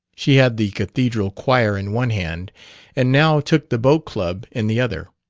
she had the cathedral-choir in one hand and now took the boat-club in the other.